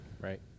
Right